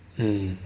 mm